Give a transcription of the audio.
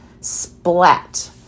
splat